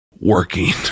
working